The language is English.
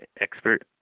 expert